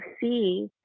see